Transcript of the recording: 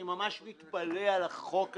אני ממש מתפלא על החוק הזה.